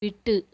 விட்டு